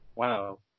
Wow